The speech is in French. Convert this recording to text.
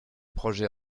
projets